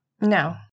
No